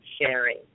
sharing